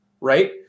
right